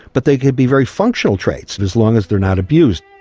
but they could be very functional traits, and as long as they're not abused.